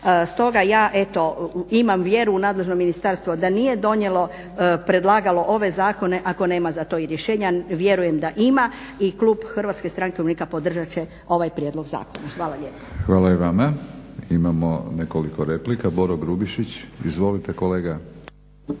Stoga ja eto, imam vjeru u nadležno ministarstvo, da nije donijelo, predlagalo ove zakone ako nema za to i rješenja. Vjerujem da ima i Klub Hrvatske stranke umirovljenika podržat će ovaj prijedlog zakona. Hvala lijepa. **Batinić, Milorad (HNS)** Hvala i Vama. Imamo nekoliko replika. Boro Grubišić. Izvolite kolega.